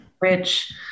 rich